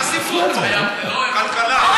כלכלה.